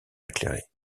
éclairé